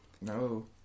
No